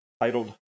titled